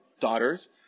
daughters